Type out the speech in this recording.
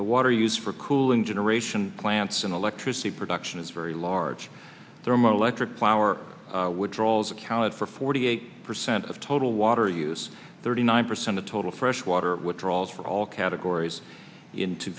the water use for cooling generation plants and electricity production is very large thermoelectric power withdrawals accounted for forty eight percent of total water use thirty nine percent of total freshwater withdrawals for all categories in two